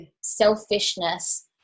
selfishness